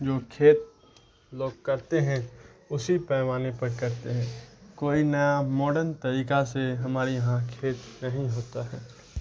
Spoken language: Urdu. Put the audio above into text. جو کھیت لوگ کرتے ہیں اسی پیمانے پر کرتے ہیں کوئی نیا ماڈرن طریقہ سے ہمارے یہاں کھیت نہیں ہوتا ہے